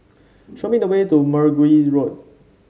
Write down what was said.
show me the way to Mergui Road